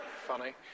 funny